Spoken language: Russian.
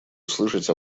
услышать